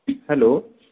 hello